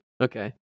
Okay